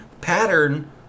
pattern